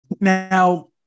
Now